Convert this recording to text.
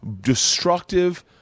destructive